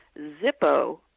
zippo